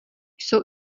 jsou